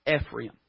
Ephraim